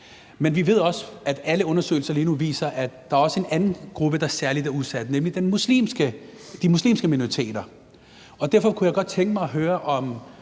Men vi ved også, at alle undersøgelser lige nu viser, at der også er en anden gruppe, der er særlig udsat, nemlig de muslimske minoriteter. Derfor kunne jeg godt tænke mig at høre, om